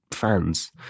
Fans